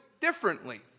differently